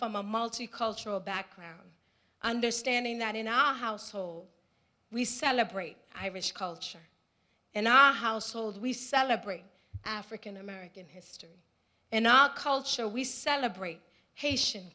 from a multicultural background understanding that in our household we celebrate irish culture in our household we celebrate african american history in our culture we celebrate haitian